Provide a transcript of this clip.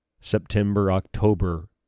September-October